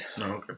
Okay